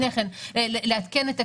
ולעדכן את הכללים.